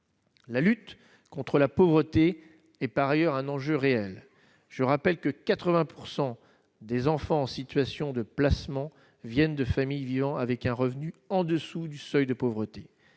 La lutte contre la pauvreté et, par ailleurs, un enjeu réel, je rappelle que 80 % des enfants en situation de placement viennent de familles vivant avec un revenu en dessous du seuil de pauvreté,